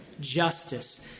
justice